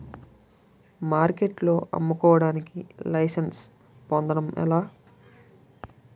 మార్కెట్లో అమ్ముకోడానికి లైసెన్స్ పొందడం ఎలా?